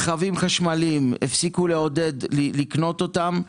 נושא שלישי הוא רכבים חשמליים הפסיקו לעודד לקנות אותם.